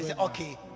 Okay